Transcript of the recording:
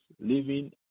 living